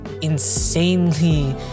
insanely